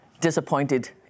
disappointed